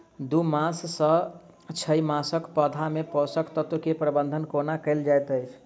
दू मास सँ छै मासक पौधा मे पोसक तत्त्व केँ प्रबंधन कोना कएल जाइत अछि?